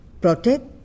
protect